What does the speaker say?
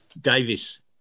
Davis